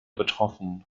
betroffen